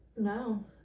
no